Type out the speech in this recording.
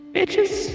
Bitches